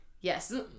Yes